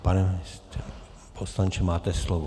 Pane poslanče, máte slovo.